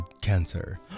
cancer